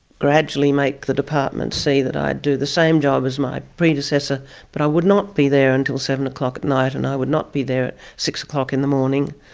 gradually make the department see that i do the same job as my predecessor but i would not be there until seven o'clock at night and i would not be there at six o'clock in the morning.